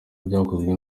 byakozwe